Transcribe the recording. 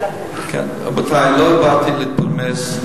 גברתי היושבת-ראש, אני לא באתי להתפלמס,